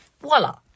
voila